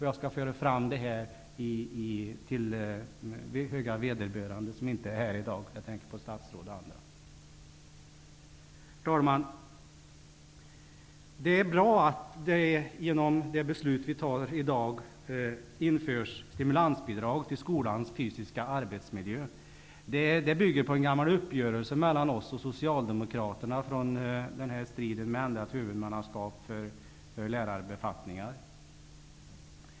Jag skall föra fram detta till höga vederbörande som inte är här i dag. Jag tänker på statsråd och andra. Herr talman! Det är bra att det genom det beslut vi fattar i dag införs stimulansbidrag till skolans fysiska arbetsmiljö. Det bygger på en gammal uppgörelse mellan oss och Socialdemokraterna från striden om ändrat huvudmannaskap för lärarbefattningar.